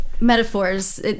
metaphors